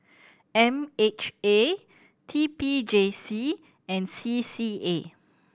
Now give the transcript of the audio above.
M H A T P J C and C C A